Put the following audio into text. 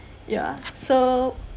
ya so